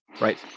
Right